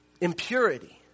impurity